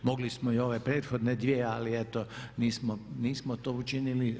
Mogli smo i ove prethodne dvije, ali eto nismo to učinili.